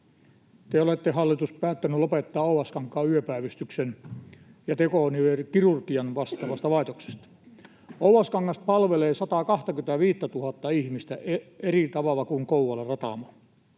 Te olette, hallitus, päättänyt lopettaa Oulaskankaan yöpäivystyksen, ja tekonivelkirurgian vastaavasta laitoksesta. Oulaskangas palvelee 125 000:ta ihmistä eri tavalla kuin Kouvolan Ratamo.